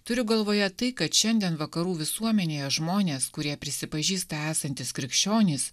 turiu galvoje tai kad šiandien vakarų visuomenėje žmonės kurie prisipažįsta esantys krikščionys